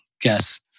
Guess